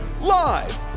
Live